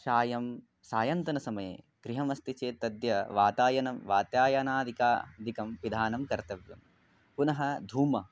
सायं सायन्तनसमये गृहमस्ति चेत् तत्र वातायनं वातायनादिकं दिकं पिधानं कर्तव्यं पुनः धूमः